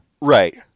Right